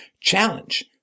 challenge